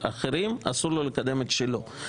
אסור לו לקדם את שלו.